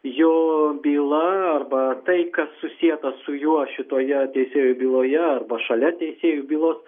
jo byla arba tai kas susieta su juo šitoje teisėjų byloje arba šalia teisėjų bylos